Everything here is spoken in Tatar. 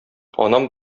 анам